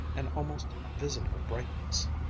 an almost visible brightness.